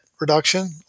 reduction